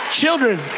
children